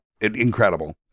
incredible